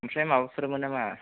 ओमफ्राय माबाफोरमोन नामा